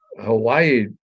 Hawaii